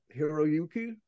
hiroyuki